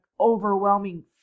Overwhelming